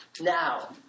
now